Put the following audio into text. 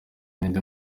n’indi